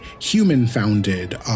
human-founded